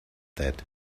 that